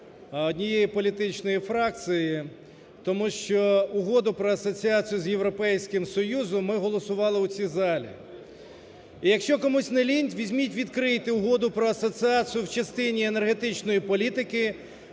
однієї політичної фракції, тому що Угоду про асоціацію з Європейським Союзом ми голосували у цій залі. І якщо комусь не лінь, візьміть відкрийте Угоду про асоціацію в частині енергетичної політики,